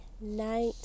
night